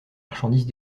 marchandises